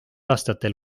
aastatel